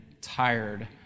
tired